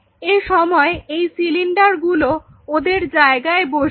এ সময় এই সিলিন্ডার গুলো ওদের জায়গায় আসবে